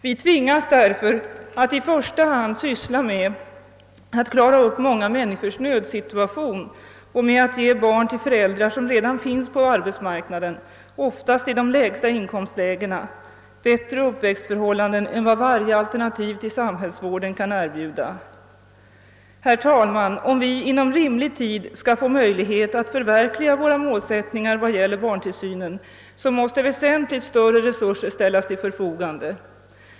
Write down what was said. Vi tvingas därför att i första hand söka klara upp många människors nödsituation och att ge barn till föräldrar som redan finns på arbetsmarknaden, ofta i de lägsta inkomstlägena, bättre uppväxtförhållanden än vad varje alternativ till samhällsvården kan erbjuda. Herr talman! Om vi inom rimlig tid skall få möjlighet att förverkliga våra målsättningar vad gäller barntillsynen, måste väsentligt större resurser ställas till förfogande.